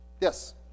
yes